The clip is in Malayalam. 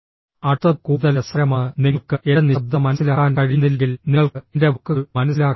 അടുത്തത് കൂടുതൽ രസകരമാണ് നിങ്ങൾക്ക് എന്റെ നിശബ്ദത മനസ്സിലാക്കാൻ കഴിയുന്നില്ലെങ്കിൽ നിങ്ങൾക്ക് എന്റെ വാക്കുകൾ മനസ്സിലാക്കാൻ കഴിയില്ല